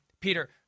Peter